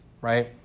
right